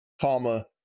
comma